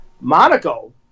Monaco